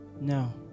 no